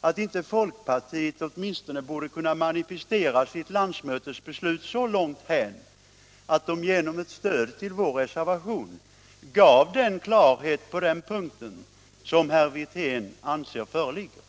att inte folkpartiet åtminstone kan manifestera sitt landsmötes beslut så långt att man genom ett stöd till vår reservation ger uttryck för den klarhet på den punkten som herr Wirtén anser föreligger.